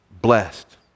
blessed